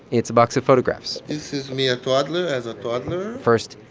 it's a box of photographs this is me a toddler as a toddler first,